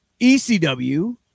ECW